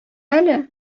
әле